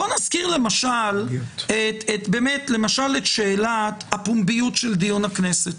בוא נזכיר למשל את שאלת הפומביות של דיון הכנסת.